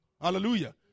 Hallelujah